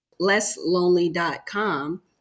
LessLonely.com